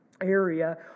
area